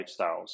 lifestyles